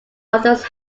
others